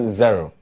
zero